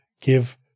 Give